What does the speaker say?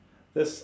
that's